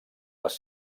les